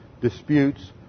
disputes